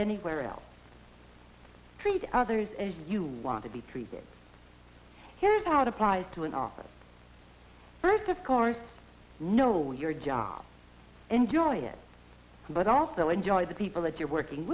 anywhere else treat others as you want to be treated here's how it applies to an offer first of course know your job enjoy it but also enjoy the people that you're working